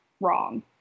wrong